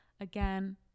again